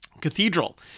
Cathedral